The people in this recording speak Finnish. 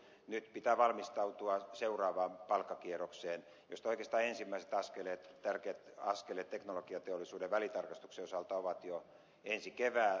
nyt pitää valmistautua seuraavaan palkkakierrokseen josta oikeastaan ensimmäiset askeleet tärkeät askeleet teknologiateollisuuden välitarkastuksen osalta ovat jo ensi keväänä